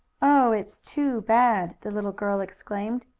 oh, it's too bad! the little girl exclaimed.